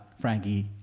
Frankie